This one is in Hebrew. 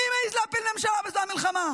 מי מעז להפיל ממשלה בזמן מלחמה?